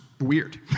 weird